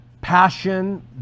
passion